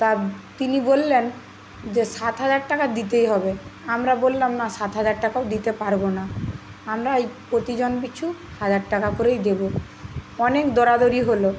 তা তিনি বললেন যে সাত হাজার টাকা দিতেই হবে আমরা বললাম না সাত হাজার টাকাও দিতে পারবো না আমরা ওই প্রতিজন পিছু হাজার টাকা করেই দেবো অনেক দরাদরি হলো